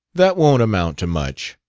that won't amount to much.